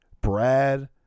Brad